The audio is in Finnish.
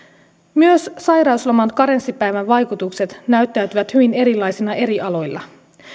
myös sairausloman karenssipäivän vaikutukset näyttäytyvät hyvin erilaisina eri aloilla